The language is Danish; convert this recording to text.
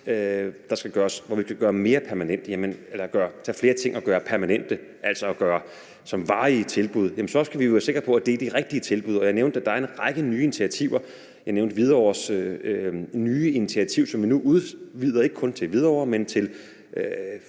permanente. Og når vi tager skridt, hvor vi kan tage flere ting og gøre dem permanente, altså gøre dem til varige tilbud, så skal vi jo være sikre på, at det er de rigtige tilbud. Og jeg nævnte, at der er en række nye initiativer. Jeg nævnte Hvidovre Hospitals nye initiativ, som vi nu udvider, ikke kun til Hvidovre, men til